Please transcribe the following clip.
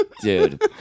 Dude